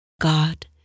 God